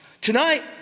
Tonight